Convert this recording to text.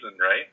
right